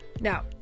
Now